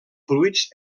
fruits